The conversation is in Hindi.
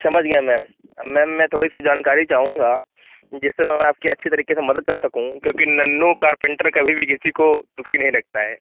समझ गया मैम मैम मैं थोड़ी सी जानकारी चाहूँगा जिससे मैम मैं आपकी अच्छी तरीके से मदद कर सकूँ क्योंकि नन्हु कारपेन्टर कभी भी किसी को दुखी नहीं रखता है